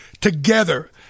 together